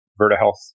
Vertahealth